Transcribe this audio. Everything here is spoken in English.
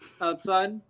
outside